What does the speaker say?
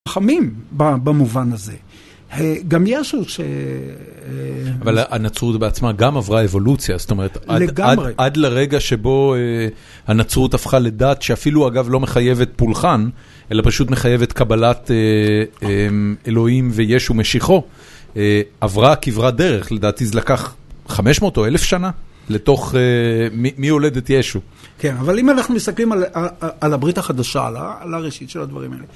חמים במובן הזה, גם ישו ש... - אבל הנצרות בעצמה גם עברה אבולוציה, זאת אומרת, - לגמרי. - עד לרגע שבו הנצרות הפכה לדת שאפילו, אגב, לא מחייבת פולחן, אלא פשוט מחייבת קבלת אלוהים וישו משיחו, עברה, כברת דרך לדעתי, זה לקח 500 או 1,000 שנה, לתוך ימי הולדת ישו. - כן, אבל אם אנחנו מסתכלים על הברית החדשה, על הראשית של הדברים האלה,